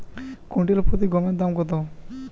Quintal প্রতি গমের দাম কত?